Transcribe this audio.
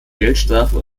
geldstrafe